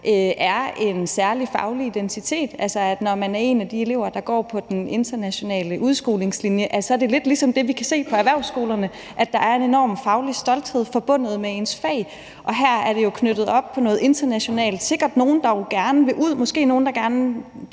er en særlig faglig identitet – altså at det for de elever, der går på den internationale udskolingslinje, er lidt på samme måde, som vi kan se på erhvervsskolerne, nemlig at der er en enorm faglig stolthed forbundet med ens fag. Og her er det jo knyttet op på noget internationalt. Der er sikkert nogle, der gerne vil ud; måske er der nogle,